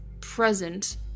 present